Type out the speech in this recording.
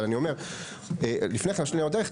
אבל לפני כן הרשות לניירות ערך,